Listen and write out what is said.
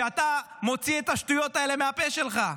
שאתה מוציא את השטויות האלה מהפה שלך?